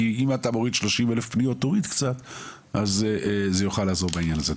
כי אם אתה מוריד קצת מ-30,000 פניות זה יוכל לעזור בעניין הזה.